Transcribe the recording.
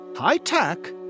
High-tech